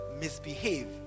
misbehave